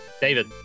David